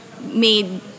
made